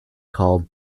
called